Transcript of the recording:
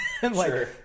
Sure